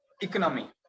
economy